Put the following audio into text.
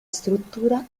struttura